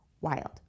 wild